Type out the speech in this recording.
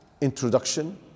introduction